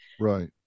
Right